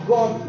God